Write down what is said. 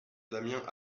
damien